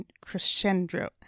crescendo